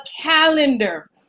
calendar